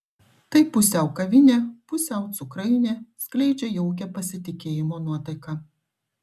tai pusiau kavinė pusiau cukrainė skleidžia jaukią pasitikėjimo nuotaiką